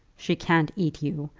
she can't eat you.